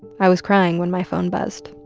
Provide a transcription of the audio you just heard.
i was crying when my phone buzzed